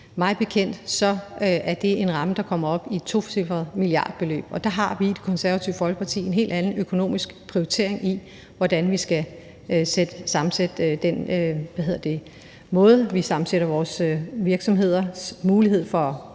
er det en ramme, der kommer op i et tocifret milliardbeløb, og der har vi i Det Konservative Folkeparti en helt anden økonomisk prioritering, i forhold til den måde, vi sammensætter vores virksomheders mulighed for